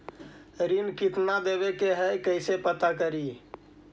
ऋण कितना देवे के है कैसे पता करी?